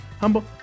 Humble